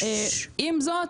עם זאת,